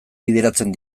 bideratzen